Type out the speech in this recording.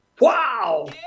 Wow